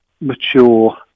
mature